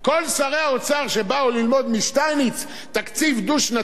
כל שרי האוצר שבאו ללמוד משטייניץ תקציב דו-שנתי,